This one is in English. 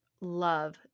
love